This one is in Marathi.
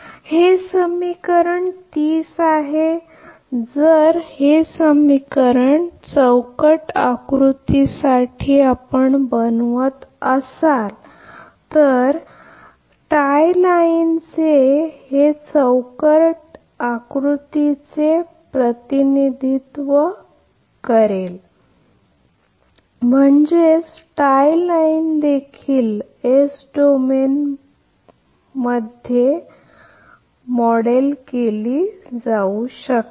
तर हे समीकरण 30 जर समीकरण ब्लॉक आकृती साठी जर आपण बनवत असाल तर टाय लाइनचे हे ब्लॉक आकृती चे प्रतिनिधित्व करते म्हणजेच टाय लाइन देखील S डोमेनमध्ये बरोबर मॉडेल केली जाऊ शकते